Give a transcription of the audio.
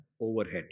overhead